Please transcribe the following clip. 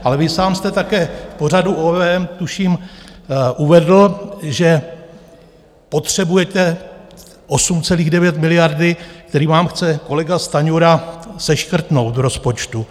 Ale vy sám jste také v pořadu OVM tuším uvedl, že potřebujete 8,9 miliardy, které vám chce kolega Stanjura seškrtnout v rozpočtu.